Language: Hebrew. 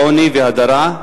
עוני והדרה,